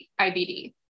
IBD